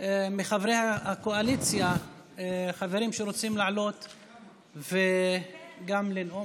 מחברי הקואליציה חברים שרוצים לעלות ולנאום?